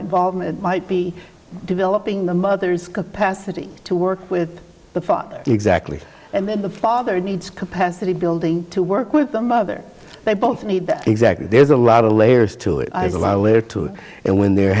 involvement might be developing the mother's capacity to work with the father exactly the father needs capacity building to work with the mother they both need that exactly there's a lot of layers to it later too and when there